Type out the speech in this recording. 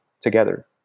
together